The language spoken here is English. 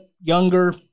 younger